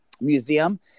museum